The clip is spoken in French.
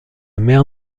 mère